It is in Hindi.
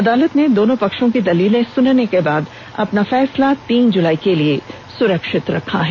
अदालत ने दोनों पक्षों की दलीले सुनने के बाद अपना फैसला तीन जुलाई तक के लिए सुरक्षित रख लिया